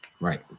Right